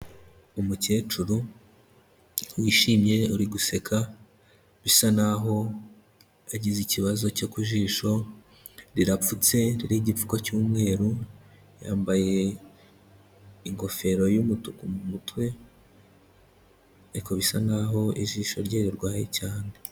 Umukecuru wishimye uri guseka, bisa naho yagize ikibazo cyo ku jisho rirapfutse ririho igipfuko cy'umweru, yambaye ingofero y'umutuku mu mutwe, ariko bisa nkaho ijisho rye rirwaye cyane.